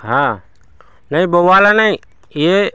हाँ नहीं वह वाला नहीं यह